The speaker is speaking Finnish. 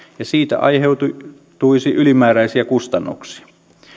ja siitä aiheutuisi ylimääräisiä kustannuksia